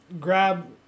Grab